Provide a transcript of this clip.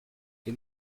les